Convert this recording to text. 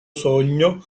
sogno